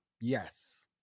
Yes